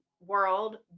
world